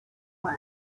美术馆